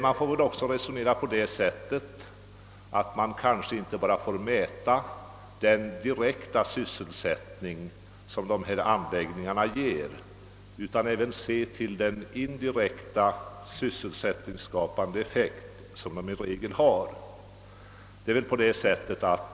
Man får väl inte heller bara mäta den direkta sysselsättning som turistanläggningarna ger utan också se till den indirekta sysselsättningsskapande effekt de ofta har.